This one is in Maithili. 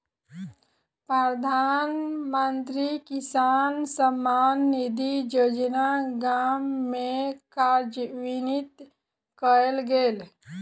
प्रधानमंत्री किसान सम्मान निधि योजना गाम में कार्यान्वित कयल गेल